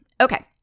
Okay